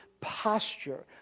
posture